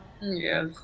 Yes